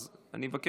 אז אני מבקש,